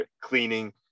cleaning